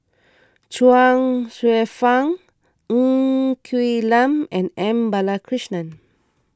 Chuang Hsueh Fang Ng Quee Lam and M Balakrishnan